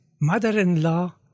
mother-in-law